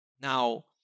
Now